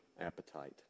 appetite